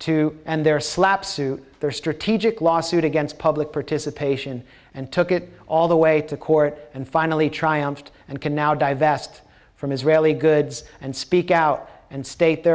to end their slapp suit their strategic lawsuit against public participation and took it all the way to court and finally triumphed and can now divest from israeli goods and speak out and state the